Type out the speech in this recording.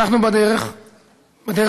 אנחנו בדרך הנכונה,